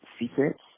secrets